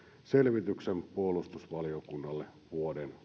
selvityksen puolustusvaliokunnalle vuoden